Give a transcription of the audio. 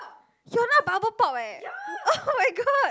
hyuna bubble pop eh oh-my-god